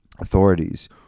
authorities